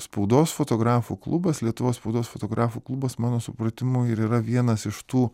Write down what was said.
spaudos fotografų klubas lietuvos spaudos fotografų klubas mano supratimu ir yra vienas iš tų